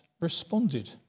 responded